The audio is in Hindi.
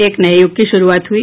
एक नये युग की शुरूआत हुई